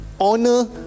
honor